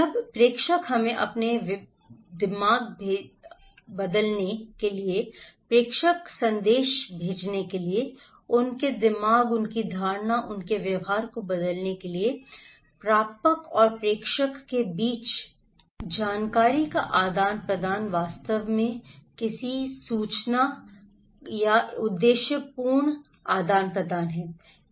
अब प्रेषक हमें अपना दिमाग भेजने प्रेषक को संदेश भेजने के लिए उनके दिमाग उनकी धारणा और उनके व्यवहार को बदलने के लिए प्रापक और प्रेषकों के बीच जानकारी का यह आदान प्रदान वास्तव में सूचना का एक उद्देश्यपूर्ण आदान प्रदान है